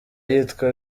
yitwa